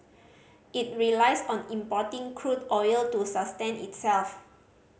it relies on importing crude oil to sustain itself